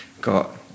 got